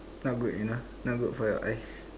not good you know not good for your eyes